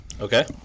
Okay